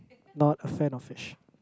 not a fan of fish